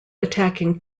attacking